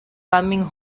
coming